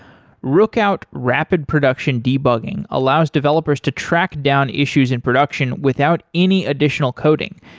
rookout rapid production debugging allows developers to track down issues in production without any additional coding.